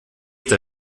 der